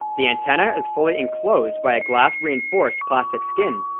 the antenna is fully enclosed by a glass-reinforced plastic skin,